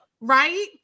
right